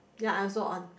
ya I also on